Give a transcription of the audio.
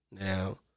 Now